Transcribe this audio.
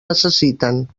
necessiten